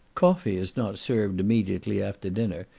coffee is not served immediately after dinner,